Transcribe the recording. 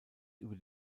über